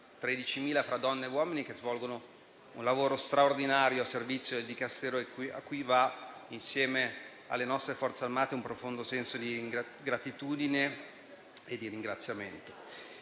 13.000, fra donne e uomini, che svolgono un lavoro straordinario a servizio del Dicastero cui va, insieme alle nostre Forze armate, un profondo senso di gratitudine e di ringraziamento.